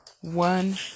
One